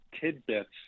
tidbits